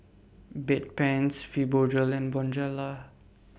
Bedpans Fibogel and Bonjela